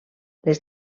les